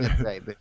right